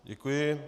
Děkuji.